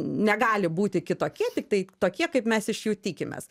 negali būti kitokie tiktai tokie kaip mes iš jų tikimės